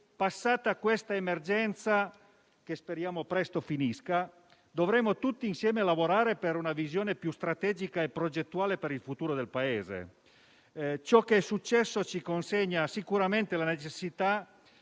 passata questa emergenza (che speriamo finisca presto), dovremo tutti insieme lavorare per una visione più strategica e progettuale per il futuro del Paese. Quanto successo ci consegna sicuramente la necessità